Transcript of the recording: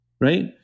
right